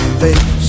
face